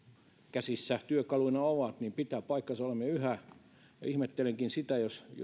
käsissä työkaluina ovat pitää paikkansa olemme yhä ja ihmettelenkin sitä jos